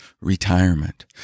retirement